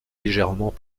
légèrement